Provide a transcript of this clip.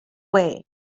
way